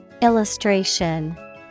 Illustration